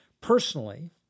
Personally